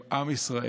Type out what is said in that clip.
הם עם ישראל.